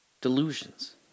Delusions